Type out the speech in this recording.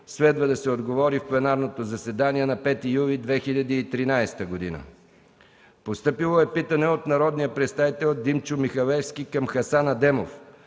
Следва да се отговори в пленарното заседание на 5 юли 2013 г.; - народния представител Димчо Михалевски към Хасан Адемов